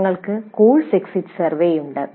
ഞങ്ങൾക്ക് course exit സർവേയുണ്ട്